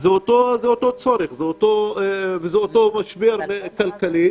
זה אותו צורך וזה אותו משבר כלכלי,